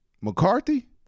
McCarthy